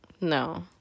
No